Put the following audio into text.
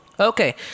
Okay